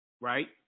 right